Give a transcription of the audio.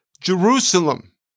Jerusalem